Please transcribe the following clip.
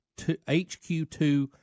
HQ2